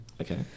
Okay